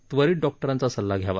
त्वरित डॉक्टरांचा सल्ला घ्यावा